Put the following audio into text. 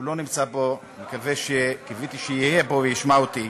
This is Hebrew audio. שלא נמצא פה, קיוויתי שיהיה פה וישמע אותי,